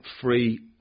free